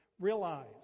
Realize